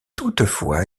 toutefois